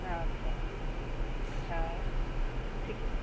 अच्छा हँ ठीके